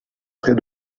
très